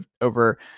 over